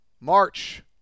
March